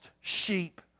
sheep